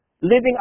living